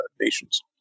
nations